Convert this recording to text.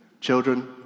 children